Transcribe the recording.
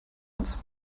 eins